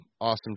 awesome